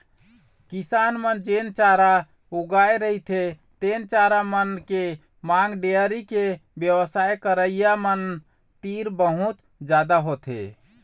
किसान मन जेन चारा उगाए रहिथे तेन चारा मन के मांग डेयरी के बेवसाय करइया मन तीर बहुत जादा होथे